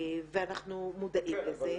ואנחנו מודעים לזה -- כן,